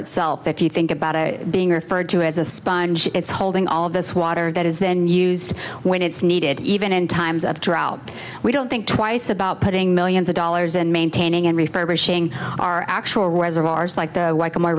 itself if you think about it being referred to as a sponge it's holding all this water that is then used when it's needed even in times of drought we don't think twice about putting millions of dollars in maintaining and refurbishing our actual reservoirs like th